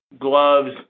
gloves